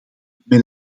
met